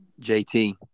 JT